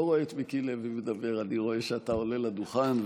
רואה את מיקי לוי מדבר אני רואה שאתה עולה לדוכן,